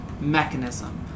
mechanism